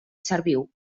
serviu